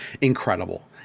incredible